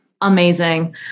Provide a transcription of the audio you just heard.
amazing